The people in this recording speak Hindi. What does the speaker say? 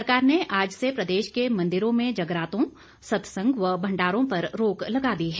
सरकार ने आज से प्रदेश के मंदिरों में जगरातों सत्संग व भण्डारों पर रोक लगा दी है